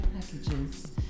packages